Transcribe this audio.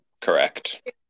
Correct